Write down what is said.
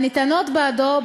הניתנות בעדו,